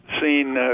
seen